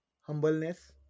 humbleness